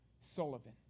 Sullivan